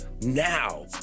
now